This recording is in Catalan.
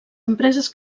empreses